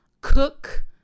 cook